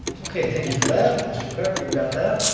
okay, thank you for that. mr. clerk, you've got that?